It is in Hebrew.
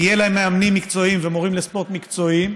יהיו להם מאמנים מקצועיים ומורים לספורט מקצועיים,